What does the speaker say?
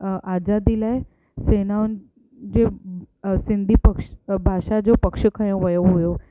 अ आज़ादी लाइ सेनाउनि जे अ सिंधी पक्ष अ भाषा जो पक्ष खयों वयो हुओ